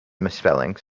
misspellings